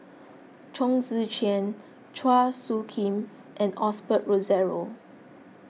Chong Tze Chien Chua Soo Khim and Osbert Rozario